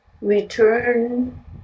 return